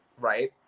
right